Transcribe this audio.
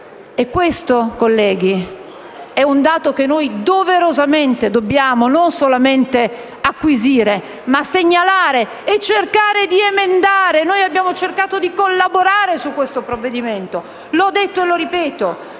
E questo, colleghi, è un dato che noi, doverosamente, dobbiamo non solamente acquisire, ma segnalare e cercare di emendare. Noi abbiamo cercato di collaborare su questo provvedimento - l'ho detto e lo ripeto